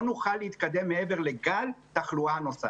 לא נוכל להתקדם מעבר לגל תחלואה נוסף.